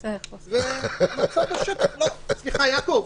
יעקב,